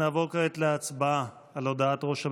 נעבור כעת להצבעה על הודעת ראש הממשלה.